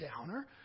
downer